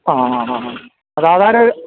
ആ ആ ആ ആ അത്